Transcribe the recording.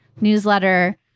newsletter